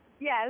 Yes